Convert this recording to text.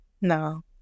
no